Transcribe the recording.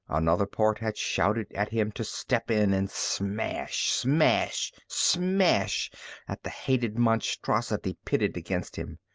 another part had shouted at him to step in and smash, smash, smash at the hated monstrosity pitted against him.